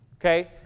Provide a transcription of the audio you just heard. okay